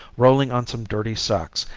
rolling on some dirty sacks,